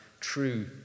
true